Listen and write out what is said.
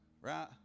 right